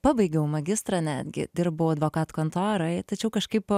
pabaigiau magistrą netgi dirbau advokatų kontoroj tačiau kažkaip